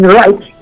right